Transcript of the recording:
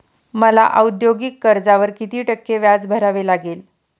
मला औद्योगिक कर्जावर किती टक्के व्याज भरावे लागेल?